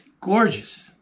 gorgeous